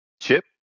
Chip